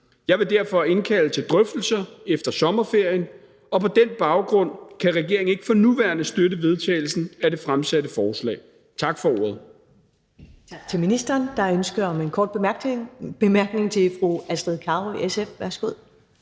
Jeg vil derfor indkalde til drøftelser efter sommerferien, og på den baggrund kan regeringen ikke for nuværende støtte vedtagelsen af det fremsatte forslag. Tak for ordet.